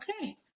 okay